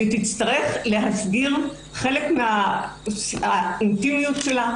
שהיא תצטרך להסביר חלק מן האינטימיות שלה,